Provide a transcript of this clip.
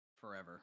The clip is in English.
forever